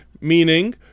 Meaning